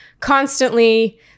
Constantly